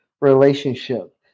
relationship